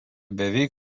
beveik